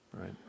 right